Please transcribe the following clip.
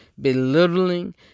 belittling